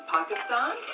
Pakistan